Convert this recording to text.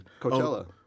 Coachella